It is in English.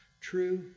True